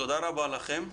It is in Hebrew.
תודה רבה לכם.